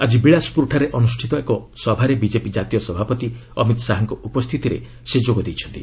ଆଜି ବିଳାସପୁରଠାରେ ଅନୁଷ୍ଠିତ ଏକ ସଭାରେ ବିଜେପି ଜାତୀୟ ସଭାପତି ଅମିତ୍ ଶାହାଙ୍କ ଉପସ୍ଥିତିରେ ସେ ଯୋଗ ଦେଇଛନ୍ତି